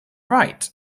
right